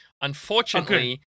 Unfortunately-